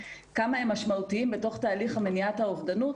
כמה הם משמעותיים בתוך תהליך מניעת האובדנות.